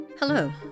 Hello